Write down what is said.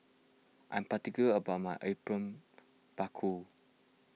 I'm particular about my Apom Berkuah